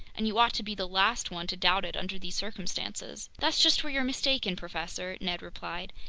and you ought to be the last one to doubt it under these circumstances! that's just where you're mistaken, professor, ned replied.